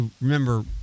remember